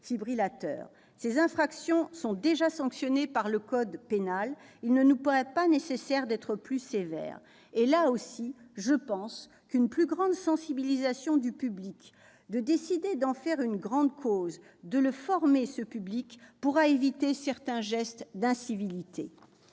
Ces infractions étant déjà sanctionnées par le code pénal, il ne nous paraît pas nécessaire d'être plus sévères. Là aussi, je pense qu'une plus grande sensibilisation du public, le choix de faire de ce sujet une grande cause et de développer la formation pourront éviter certains gestes d'incivilité.